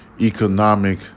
economic